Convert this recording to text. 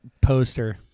poster